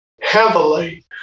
heavily